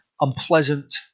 unpleasant